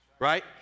Right